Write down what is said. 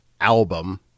album